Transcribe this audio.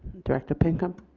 director pinkham.